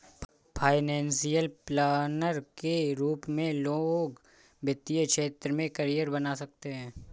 financial planner के रूप में लोग वित्तीय क्षेत्र में करियर बना सकते हैं